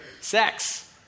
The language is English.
sex